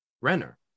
Renner